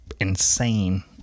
insane